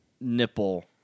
nipple